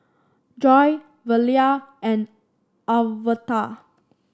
Joi Velia and Alverta